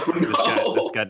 No